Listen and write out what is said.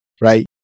right